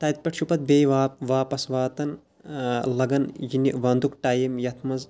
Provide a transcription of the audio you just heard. تَتہِ پٮ۪ٹھ چھُ پَتہٕ بیٚیہِ وا واپَس واتان لَگَن یِنہٕ وَںٛدُک ٹایم یَتھ منٛز